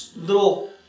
little